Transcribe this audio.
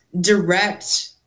direct